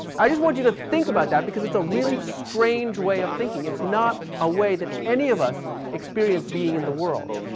i just want you to think about that, because it's a really strange way of thinking. it's not a way that any of us experience being in the world.